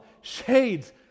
shades